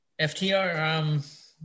FTR